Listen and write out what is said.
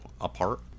apart